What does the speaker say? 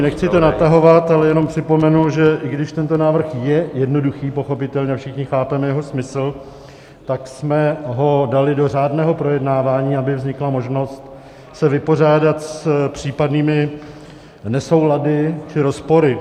Nechci to natahovat, ale jenom připomenu, že i když tento návrh je jednoduchý, pochopitelně, a všichni chápeme jeho smysl, tak jsme ho dali do řádného projednávání, aby vznikla možnost se vypořádat s případnými nesoulady či rozpory.